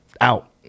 out